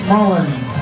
Mullins